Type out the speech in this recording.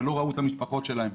ולא ראו את המשפחות שלהם.